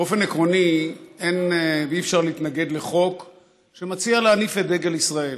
באופן עקרוני אי-אפשר להתנגד לחוק שמציע להניף את דגל ישראל,